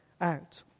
out